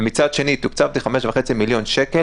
ומצד שני תוקצבתי ב-5.5 מיליון שקל,